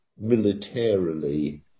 militarily